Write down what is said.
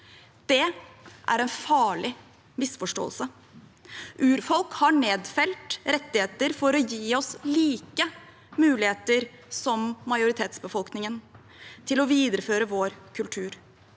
Dette er en farlig misforståelse. Urfolk har nedfelt rettigheter for å gi oss like muligheter som majoritetsbefolkningen, til å videreføre vår kultur.